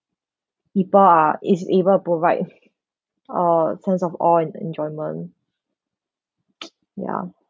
people are is able provide uh sense of all en~ enjoyment ya